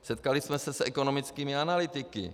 Setkali jsme se s ekonomickými analytiky.